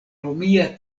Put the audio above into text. romia